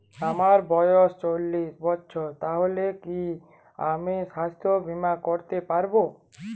আমার বয়স চল্লিশ বছর তাহলে কি আমি সাস্থ্য বীমা করতে পারবো?